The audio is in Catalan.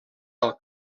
del